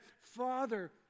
Father